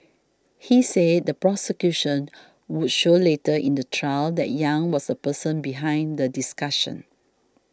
he said the prosecution would show later in the trial that Yang was the person behind the discussions